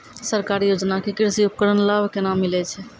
सरकारी योजना के कृषि उपकरण लाभ केना मिलै छै?